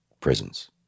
prisons